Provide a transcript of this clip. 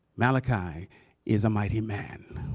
malachi is a mighty man,